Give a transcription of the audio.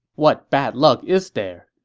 what bad luck is there?